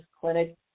Clinic